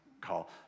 call